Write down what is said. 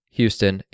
Houston